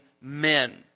men